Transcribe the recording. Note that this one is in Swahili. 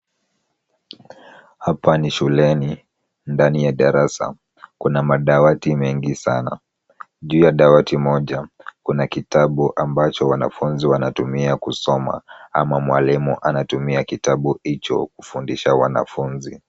Hapa ni shuleni, ndani ya darasa. Kuna madawati mengi sana. Juu ya dawati moja, kuna kitabu ambacho wanafunzi wanatumia kusoma ama mwalimu anatumia kitabu hicho kufundisha wanafunzi.